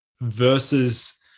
versus